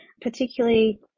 particularly